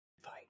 Fight